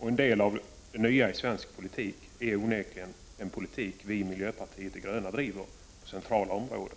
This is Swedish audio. En del av det nya i svensk politik är onekligen den politik vi i miljöpartiet de gröna driver på centrala områden.